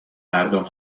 مردم